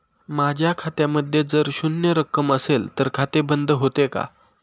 माझ्या खात्यामध्ये जर शून्य रक्कम असेल तर खाते बंद होते का?